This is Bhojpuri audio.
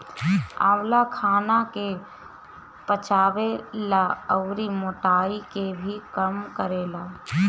आंवला खाना के पचावे ला अउरी मोटाइ के भी कम करेला